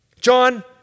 John